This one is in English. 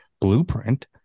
blueprint